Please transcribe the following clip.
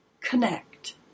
Connect